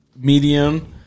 medium